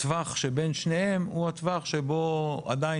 הטווח שבין שניהם הוא הטווח שבו עדיין